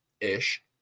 ish